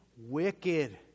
wicked